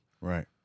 Right